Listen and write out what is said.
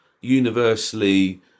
universally